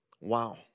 Wow